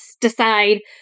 decide